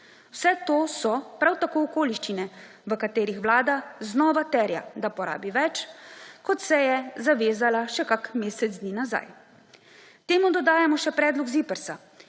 Vse to so prav tako okoliščine, v katerih Vlada znova terja, da porabi več, kot se je zavezala še kakšen mesec dni nazaj. Temu dodajamo še predlog ZIPRS,